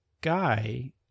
guy